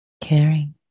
caring